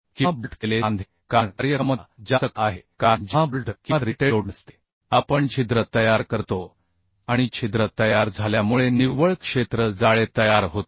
किंवा बोल्ट केलेले सांधे कारण कार्यक्षमता जास्त का आहे कारण जेव्हा बोल्ट किंवा रिवेटेड जोडणी असते आपण छिद्र तयार करतो आणि छिद्र तयार झाल्यामुळे निव्वळ क्षेत्र जाळे तयार होते